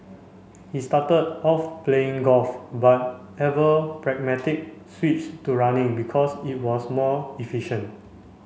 he started off playing golf but ever pragmatic switched to running because it was more efficient